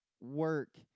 work